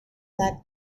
that